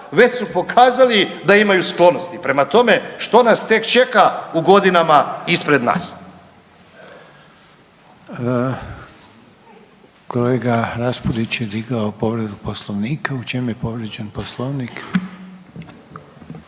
već su pokazali da imaju sklonosti. Prema tome, što nas tek čeka u godinama ispred nas. **Reiner, Željko (HDZ)** Kolega RAspudić je digao povredu poslovnika. U čemu je povrijeđen poslovnik.